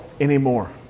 anymore